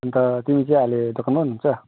अन्त तिमी चाहिँ अहिले दोकानमै हुनुहुन्छ